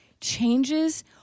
changes